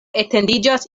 etendiĝas